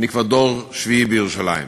אני כבר דור שביעי בירושלים.